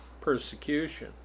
persecution